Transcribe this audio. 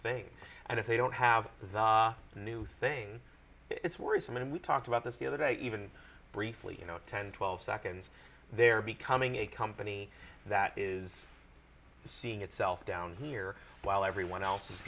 thing and if they don't have that new thing it's worrisome and we talked about this the other day even briefly you know ten twelve seconds they're becoming a company that is seeing itself down here while everyone else is